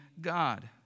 God